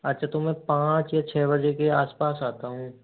अच्छा तो मैं पाँच या छः बजे के आस पास आता हूँ